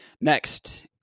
next